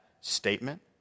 statement